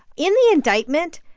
in the indictment,